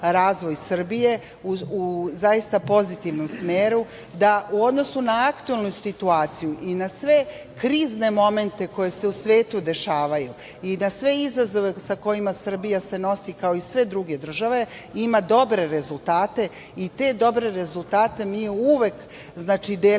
razvoj Srbije u zaista pozitivnom smeru, da u odnosu na aktuelnu situaciju i na sve krizne momente koji se u svetu dešavaju i na sve izazove sa kojima Srbija se nosi kao i sve druge države, ima dobre rezultate i te dobre rezultate mi uvek delimo